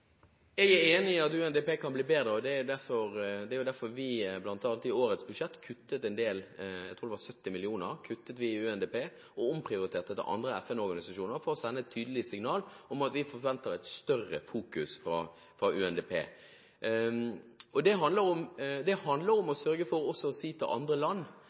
Jeg er enig i at UNDP kan bli bedre, og det er derfor vi bl.a. i årets budsjett kuttet en del – jeg tror det var 70 mill. kr – i UNDP og omprioriterte til andre FN-organisasjoner for å sende et tydelig signal om at vi forventer et større fokus fra UNDP. Dette handler også om å si til andre land